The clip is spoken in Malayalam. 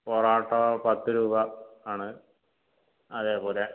പൊറാട്ട പത്ത് രൂപ ആണ് അതേപോലെ